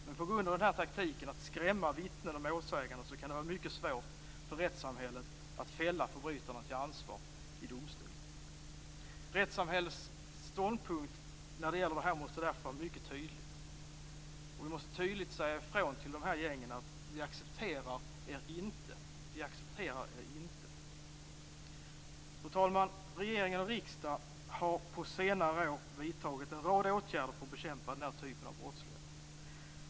Men på grund av taktiken att skrämma vittnen och målsäganden kan det vara mycket svårt för rättssamhället att fälla förbrytarna till ansvar i domstol. Rättssamhällets ståndpunkt måste därför vara mycket tydlig. Vi måste tydligt säga ifrån till dessa gäng att vi inte accepterar dem. Fru talman! Regering och riksdag har på senare år vidtagit en rad åtgärder för att bekämpa den här typen av brottslighet.